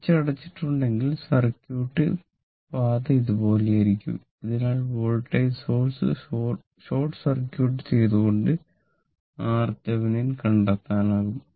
switch അടച്ചിട്ടുണ്ടെങ്കിൽ circuit പാത ഇതുപോലെയായിരിക്കും അതിനാൽ വോൾട്ടേജ് സോഴ്സ് ഷോർട്ട് സർക്യൂട്ട് ചെയ്തുകൊണ്ട് RThevenin കണ്ടെത്താനാകും